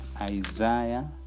Isaiah